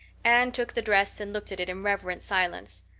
anne took the dress and looked at it in reverent silence.